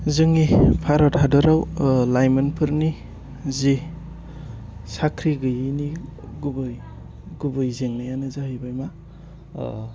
जोंनि भारत हादराव ओह लाइमोनफोरनि जि साख्रि गैयैनि गुबै गुबै जेंनायानो जाहैबाय मा ओह